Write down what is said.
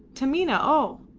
taminah o!